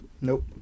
Nope